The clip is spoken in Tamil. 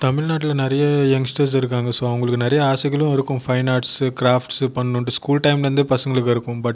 தமிழ்நாட்டில் நிறைய யங்ஸ்டர்ஸ் இருக்காங்கள் ஸோ அவங்களுக்கு நிறைய ஆசைகளும் இருக்கும் ஃபைன் ஆர்ட்ஸ் கிராஃப்ட்ஸ் பண்ணுன்ட்டு ஸ்கூல் டைமில் இருந்து பசங்களுக்கு இருக்கும் பட்